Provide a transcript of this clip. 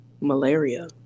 malaria